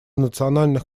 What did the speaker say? национальных